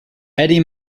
eddie